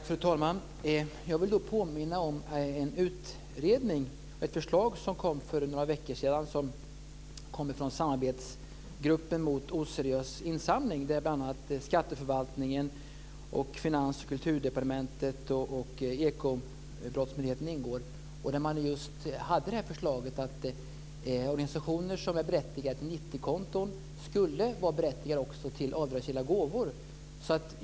Fru talman! Jag vill då påminna om ett förslag som kom för några veckor sedan från Samarbetsgruppen mot oseriös insamling, där bl.a. skatteförvaltningen, Finans och Kulturdepartementen och Ekobrottsmyndigheten ingår. Där hade man just föreslagit att organisationer som är berättigade till 90 konton också skulle vara berättigade till avdragsgilla gåvor.